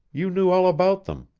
you knew all about them.